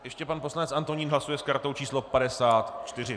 Ještě pan poslanec Antonín hlasuje s kartou číslo 54.